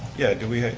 yeah, do we